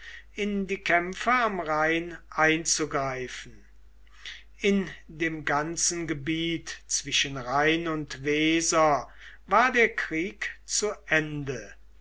in die kämpfe am rhein einzugreifen in dem ganzen gebiet zwischen rhein und weser war der krieg zu ende